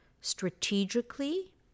strategically